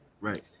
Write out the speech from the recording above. right